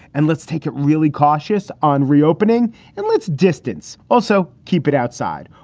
and let's take it really cautious on reopening and let's distance. also keep it outside.